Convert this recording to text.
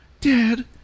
Dad